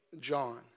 John